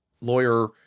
lawyer